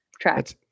track